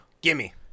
gimme